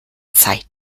zeit